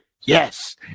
yes